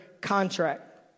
contract